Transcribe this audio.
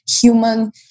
human